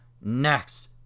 next